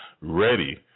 ready